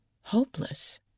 hopeless